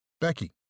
Becky